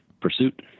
pursuit